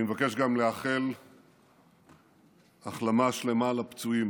אני מבקש גם לאחל החלמה שלמה לפצועים.